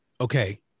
okay